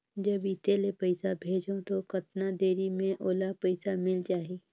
जब इत्ते ले पइसा भेजवं तो कतना देरी मे ओला पइसा मिल जाही?